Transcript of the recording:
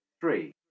three